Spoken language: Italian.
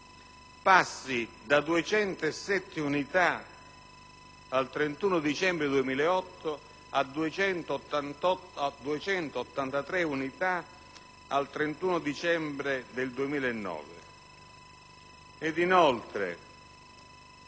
passi da 207 unità al 31 dicembre 2008 a 283 unità al 31 dicembre del 2009 e che